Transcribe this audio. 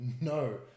No